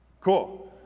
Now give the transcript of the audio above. Cool